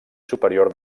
superior